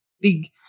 big